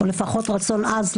לפחות רצון עז,